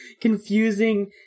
confusing